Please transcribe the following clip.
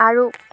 আৰু